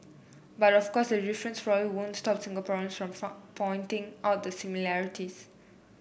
but of course the difference won't stop Singaporeans from pointing out the similarities